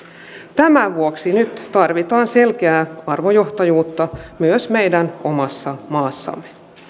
tämän vuoksi nyt tarvitaan selkeää arvojohtajuutta myös meidän omassa maassamme